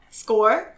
score